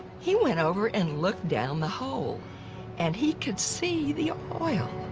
he went over and looked down the hole and he could see the oil.